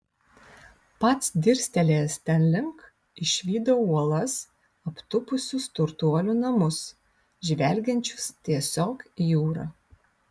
pats dirstelėjęs ten link išvydau uolas aptūpusius turtuolių namus žvelgiančius tiesiog į jūrą